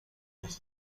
بخوریم